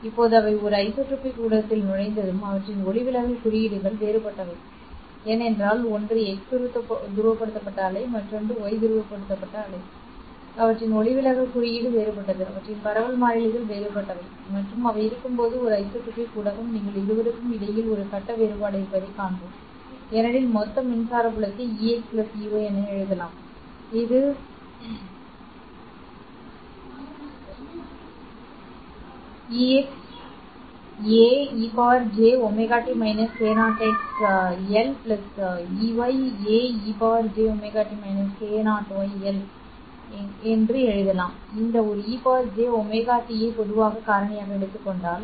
இப்போது அவை ஒரு ஐசோட்ரோபிக் ஊடகத்தில் நுழைந்ததும் அவற்றின் ஒளிவிலகல் குறியீடுகள் வேறுபட்டவை ஏனென்றால் ஒன்று x துருவப்படுத்தப்பட்ட அலை மற்றொன்று y துருவப்படுத்தப்பட்ட அலை அவற்றின் ஒளிவிலகல் குறியீடு வேறுபட்டது அவற்றின் பரவல் மாறிலிகள் வேறுபட்டவை மற்றும் அவை இருக்கும்போது ஒரு ஐசோட்ரோபிக் ஊடகம் நீங்கள் இருவருக்கும் இடையில் ஒரு கட்ட வேறுபாடு இருப்பதைக் காண்போம் ஏனெனில் மொத்த மின்சார புலத்தை Ex Ey என எழுதலாம் இது xAe j ωt k0nx L yAe j ωt k 0n y L நீங்கள் செய்யலாம் இந்த ஒரு ejωt ஐ ஒரு பொதுவான காரணியாக எடுத்துக் கொள்ளுங்கள்